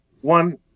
one